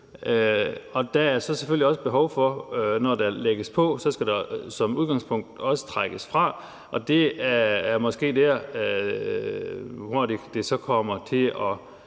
der er selvfølgelig så også behov for, at der, når der lægges på, som udgangspunkt også skal trækkes fra, og det er måske der, hvor det så kommer til at